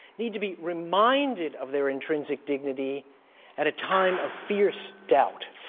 need to be reminded of their intrinsic dignity at a time of fierce doubt.